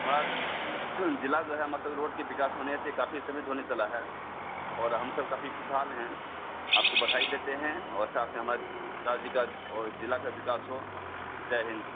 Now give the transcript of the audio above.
बस जिला जो है मतलब रोड के विकास होने से काफी सीमित होने चला है और हम सब काफी खुशहाल हैं आपको बधाई देते हैं और साथ में हमारे जिला अधिकार और जिला का विकास हो जय हिन्द